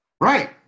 Right